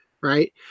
right